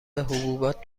حبوبات